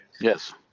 yes